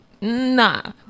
nah